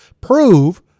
prove